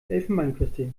elfenbeinküste